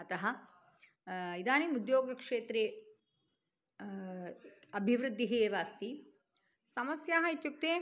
अतः इदानीम् उद्योगक्षेत्रे अभिवृद्धिः एव अस्ति समस्याः इत्युक्ते